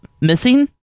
missing